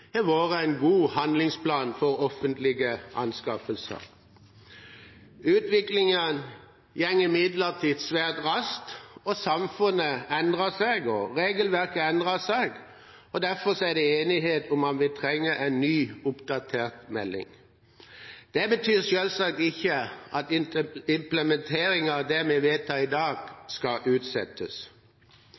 har vært en god handlingsplan for offentlige anskaffelser. Utviklingen går imidlertid svært raskt. Samfunnet endrer seg, og regelverket endrer seg. Derfor er det enighet om at vi trenger en ny, oppdatert melding. Dette betyr selvsagt ikke at implementeringen av det vi vedtar i dag, skal utsettes.